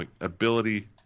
ability